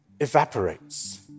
evaporates